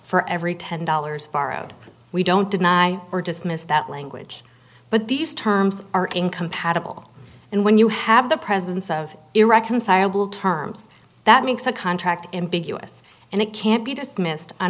for every ten dollars borrowed we don't deny or dismiss that language but these terms are incompatible and when you have the presence of irreconcilable terms that makes a contract in big us and it can't be dismissed on